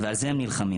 ועל זה הם נלחמים.